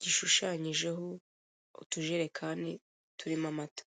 gishushanyijeho utujerekani turimo mata.